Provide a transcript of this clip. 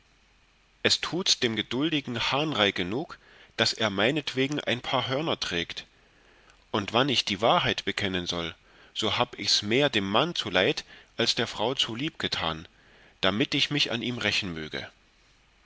es tuts dem gedultigen hahnrei genug daß er meinetwegen ein paar hörner trägt und wann ich die wahrheit bekennen soll so hab ichs mehr dem mann zuleid als der frau zulieb getan damit ich mich an ihm rächen möge